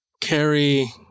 carry